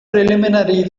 preliminary